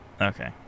okay